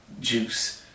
juice